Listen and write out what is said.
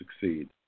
succeed